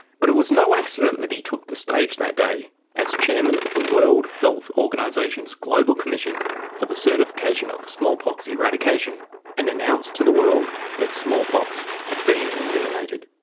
but it was no accident that he took the stage that day as chairman of the world health organisation's global commission for the certification of smallpox eradication and announced to the world that smallpox had been eliminated.